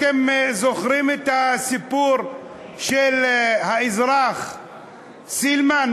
אתם זוכרים את הסיפור של האזרח סילמן,